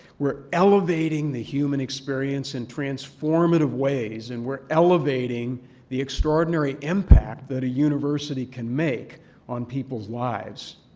we're elevating the human experience in transformative ways and we're elevating the extraordinary impact that a university can make on people's lives.